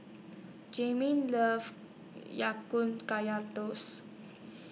Jamil loves Ya Kun Kaya Toast